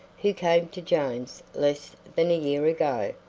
who came to jones less than a year ago.